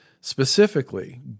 specifically